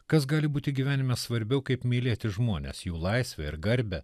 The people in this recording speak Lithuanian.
kas gali būti gyvenime svarbiau kaip mylėti žmones jų laisvę ir garbę